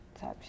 type